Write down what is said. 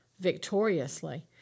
victoriously